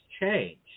changed